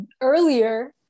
earlier